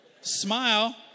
Smile